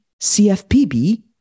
CFPB